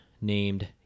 named